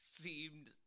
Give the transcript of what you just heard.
seemed